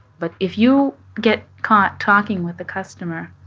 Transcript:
but if you get caught talking with the customer,